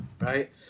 right